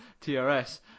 TRS